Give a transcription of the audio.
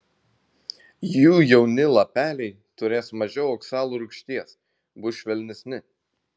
jų jauni lapeliai turės mažiau oksalo rūgšties bus švelnesni